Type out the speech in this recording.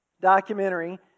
documentary